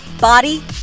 Body